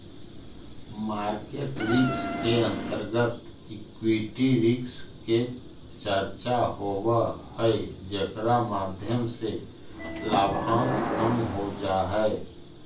market risk के अंतर्गत equity risk के चर्चा होवऽ हई जेकरा माध्यम से लाभांश कम हो जा हई